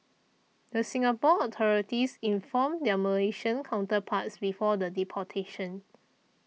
the Singapore authorities informed their Malaysian counterparts before the deportation